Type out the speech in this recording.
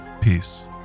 Peace